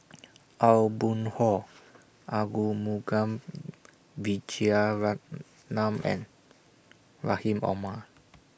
Aw Boon Haw Arumugam Vijiaratnam and Rahim Omar